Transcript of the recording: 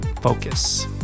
focus